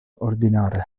ordinare